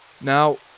Now